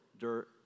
dirt